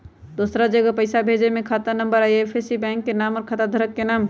दूसरा जगह पईसा भेजे में खाता नं, आई.एफ.एस.सी, बैंक के नाम, और खाता धारक के नाम?